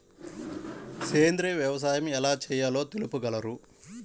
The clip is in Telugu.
సేంద్రీయ వ్యవసాయం ఎలా చేయాలో తెలుపగలరు?